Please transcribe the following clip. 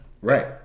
Right